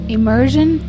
Immersion